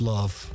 Love